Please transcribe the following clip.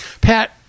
Pat